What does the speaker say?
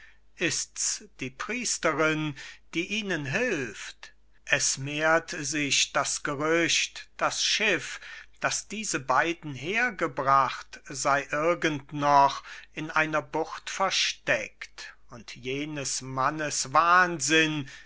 ist's die priesterin die ihnen hilft es mehrt sich das gerücht das schiff das diese beiden hergebracht sei irgend noch in einer bucht versteckt und jenes mannes